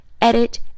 edit